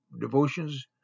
devotions